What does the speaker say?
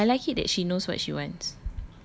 I like it I like it that she knows what she wants